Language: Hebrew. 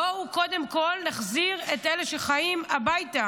בואו קודם כול נחזיר את אלה שחיים הביתה.